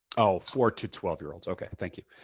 oh, four to twelve year olds. okay. thank you.